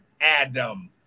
Adam